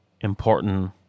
important